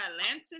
Atlanta